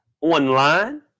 online